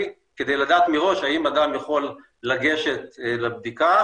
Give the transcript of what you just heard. כדי לדעת מראש האם אדם יכול לגשת לבדיקה